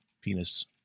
penis